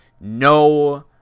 no